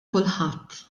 kulħadd